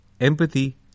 empathy